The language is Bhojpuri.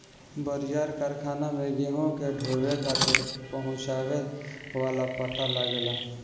बड़ियार कारखाना में गेहूं के ढोवे खातिर पहुंचावे वाला पट्टा लगेला